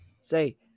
say